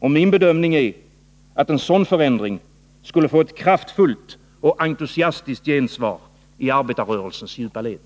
Och min bedömning är att en sådan förändring skulle få ett kraftfullt och entusiastiskt gensvar i arbetarrörelsens djupa led.